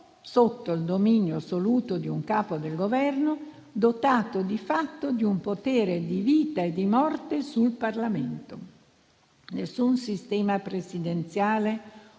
sotto il dominio assoluto di un Capo del Governo dotato, di fatto, di un potere di vita e di morte sul Parlamento. Nessun sistema presidenziale